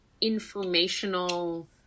informational